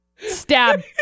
Stab